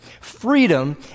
Freedom